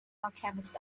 alchemist